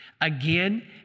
Again